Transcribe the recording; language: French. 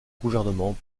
gouvernement